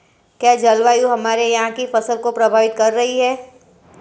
क्या जलवायु हमारे यहाँ की फसल को प्रभावित कर रही है?